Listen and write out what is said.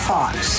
Fox